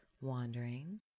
wandering